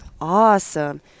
Awesome